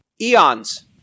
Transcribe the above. eons